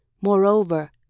Moreover